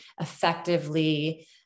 effectively